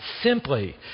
simply